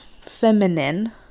feminine